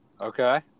Okay